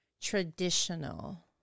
traditional